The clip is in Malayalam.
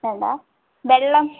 വേണ്ട വെള്ളം